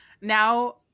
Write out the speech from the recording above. now